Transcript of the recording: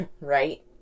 right